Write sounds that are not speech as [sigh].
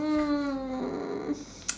mm [noise]